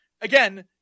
again